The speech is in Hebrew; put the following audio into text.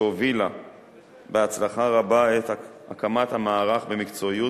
שהובילה בהצלחה רבה את הקמת המערך במקצועיות,